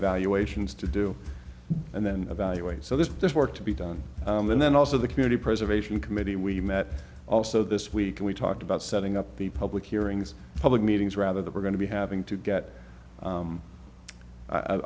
evaluations to do and then evaluate so there's work to be done and then also the community preservation committee we met also this week and we talked about setting up the public hearings public meetings rather than we're going to be having to get